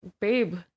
babe